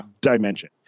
dimension